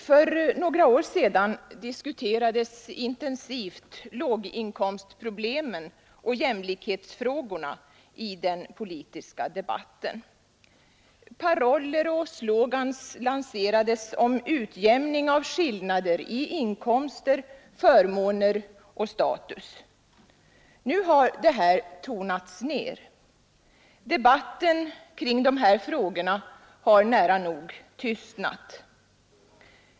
Herr talman! För några år sedan diskuterades intensivt låginkomstproblemen och jämlikhetsfrågorna i den politiska debatten. Paroller och slogans lanserades om utjämning av skillnader i inkomster, förmåner och status. Nu har detta tonats ner. Debatten kring dessa frågor har nära nog tystnat.